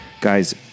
Guys